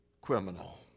criminal